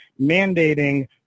mandating